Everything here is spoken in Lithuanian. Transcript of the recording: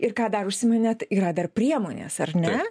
ir ką dar užsiminėt yra dar priemonės ar ne